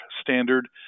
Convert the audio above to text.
standard